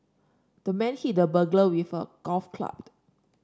the man hit the burglar with a golf club